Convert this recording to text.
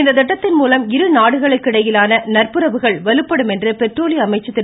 இந்த திட்டத்தின் மூலம் இரு நாடுகளுக்கு இடையேயான நட்புறவுகள் வலுப்படும் என்று பெட்ரோலிய அமைச்சர் திரு